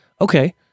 okay